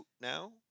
now